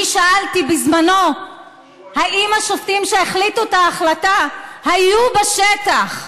אני שאלתי בזמנו אם השופטים שהחליטו את ההחלטה היו בשטח,